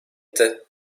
etti